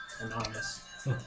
Anonymous